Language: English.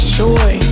joy